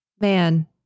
Man